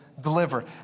deliver